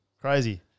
Crazy